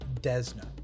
Desna